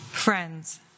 Friends